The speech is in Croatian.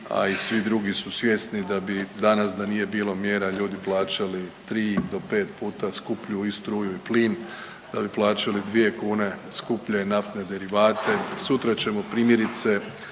a i svi drugi su svjesni da bi danas, da nije bilo mjera, ljudi plaćali 3 do 5 puta skuplju i struju i plin, da bi plaćali 2 kune skuplje naftne derivate, sutra ćemo, primjerice,